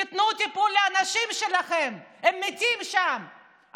תנו טיפול לאנשים שלכם, הם מתים שם.